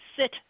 sit